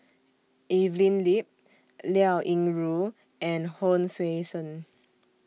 Evelyn Lip Liao Yingru and Hon Sui Sen